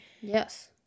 Yes